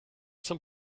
some